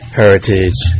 heritage